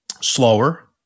slower